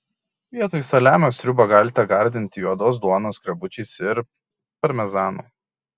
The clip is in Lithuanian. vietoj saliamio sriubą galite gardinti juodos duonos skrebučiais ir parmezanu